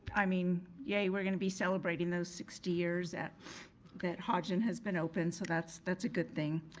i mean, yay, we're gonna be celebrating those sixty years that that hodgin has been open so that's that's a good thing.